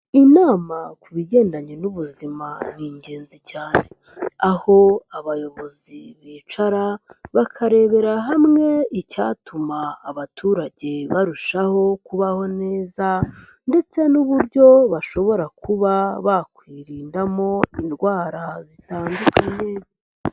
Inama ku bigendanye n'ubuzima ni ingenzi cyane, aho abayobozi bicara bakarebera hamwe icyatuma abaturage barushaho kubaho neza, ndetse n'uburyo bashobora kuba bakwirindamo indwara zitandukanye.